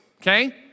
okay